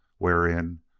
wherein,